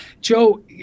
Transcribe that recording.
Joe